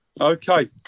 Okay